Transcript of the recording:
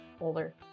older